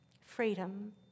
Freedom